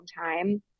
time